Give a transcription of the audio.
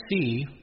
see